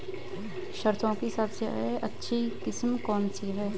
सरसों की सबसे अच्छी किस्म कौन सी है?